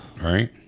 Right